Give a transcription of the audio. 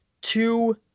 two